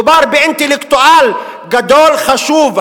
מדובר באינטלקטואל גדול וחשוב,